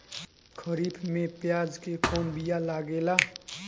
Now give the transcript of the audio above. खरीफ में प्याज के कौन बीया लागेला?